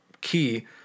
key